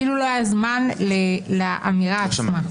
אפילו לא היה זמן לאמירה עצמה.